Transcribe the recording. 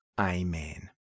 Amen